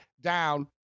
down